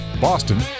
Boston